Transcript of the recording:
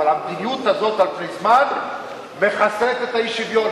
אבל המדיניות הזאת על פני זמן מחסלת את האי-שוויון.